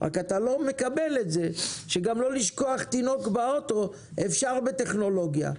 אתה רק לא מקבל את זה שגם לא לשכוח תינוק באוטו אפשר למנוע בטכנולוגיה.